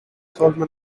solemn